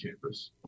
campus